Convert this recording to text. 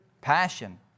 passion